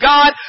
God